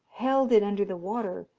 held it under the water,